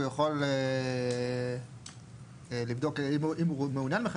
הוא יכול לבדוק אם הוא מעוניין בכך.